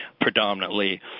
predominantly